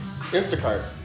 instacart